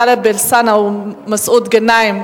טלב אלסאנע ומסעוד גנאים,